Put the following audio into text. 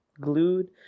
glued